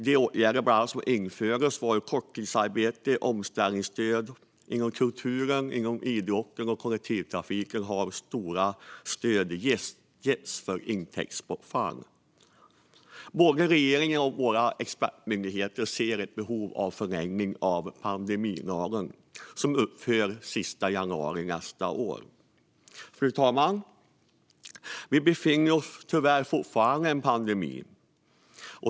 De åtgärder som bland annat infördes var korttidsarbete och omställningsstöd. Inom kulturen, idrotten och kollektivtrafiken har stora stöd getts för att täcka intäktsbortfall. Både regeringen och våra expertmyndigheter ser ett behov av en förlängning av pandemilagen, som upphör den 31 januari nästa år. Fru talman! Vi befinner oss tyvärr fortfarande i en pandemi.